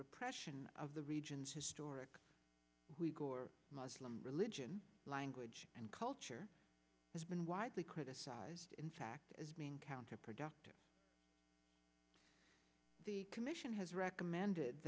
repression of the region's historic week or muslim religion language and culture has been widely criticized in fact as being counterproductive the commission has recommended